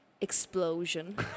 explosion